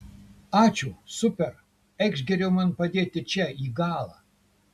ačiū super eikš geriau man padėti čia į galą